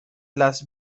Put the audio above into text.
las